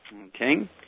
Okay